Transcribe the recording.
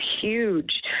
huge